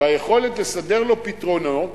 והיכולת לסדר למשבר פתרונות